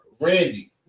Randy